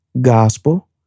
gospel